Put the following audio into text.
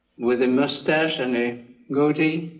with a mustache and a goatee.